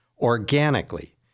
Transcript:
organically